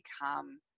become